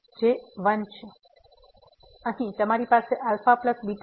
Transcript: તેથી અહીં તમારી પાસે αβ cos 0 પણ ૧ છે